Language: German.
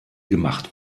gemacht